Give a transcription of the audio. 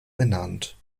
benannt